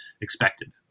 expected